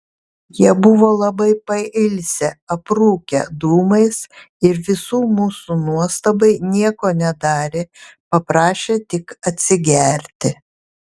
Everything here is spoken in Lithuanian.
jie buvo labai pailsę aprūkę dūmais ir visų mūsų nuostabai nieko nedarė paprašė tik atsigerti